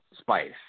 spice